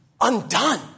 Undone